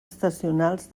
estacionals